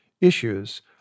issues